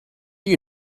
you